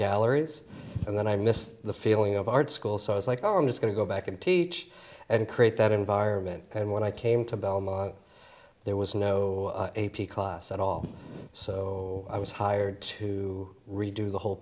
galleries and then i missed the feeling of art school so i was like oh i'm just going to go back and teach and create that environment and when i came to belmont there was no a p class at all so i was hired to redo the whole